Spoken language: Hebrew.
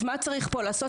אז מה צריך פה לעשות?